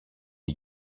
des